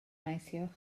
neithiwr